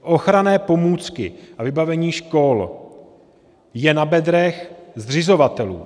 Ochranné pomůcky a vybavení škol jsou na bedrech zřizovatelů.